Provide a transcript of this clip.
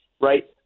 right